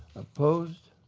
opposed?